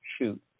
shoot